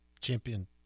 Champion